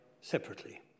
separately